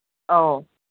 ꯑꯧ